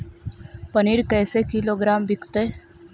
पनिर कैसे किलोग्राम विकतै?